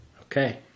Okay